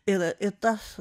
ir tas